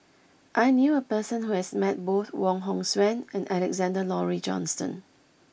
I knew a person who has met both Wong Hong Suen and Alexander Laurie Johnston